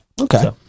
Okay